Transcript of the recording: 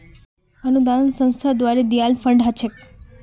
अनुदान संस्था द्वारे दियाल फण्ड ह छेक